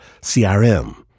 CRM